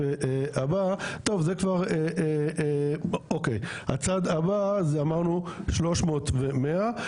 טוב, הצעד הבא אמרנו זה 300 ו-100.